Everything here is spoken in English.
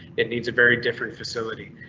it needs a very different facility.